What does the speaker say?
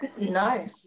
No